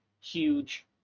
huge